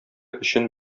өчен